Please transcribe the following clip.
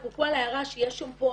אפרופו על ההערה שיש שמפו,